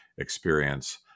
experience